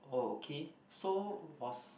uh okay so was